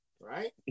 right